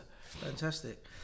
Fantastic